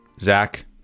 Zach